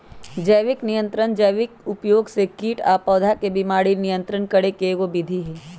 जैविक नियंत्रण जैविक उपयोग से कीट आ पौधा के बीमारी नियंत्रित करे के एगो विधि हई